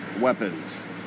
weapons